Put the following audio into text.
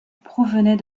provenaient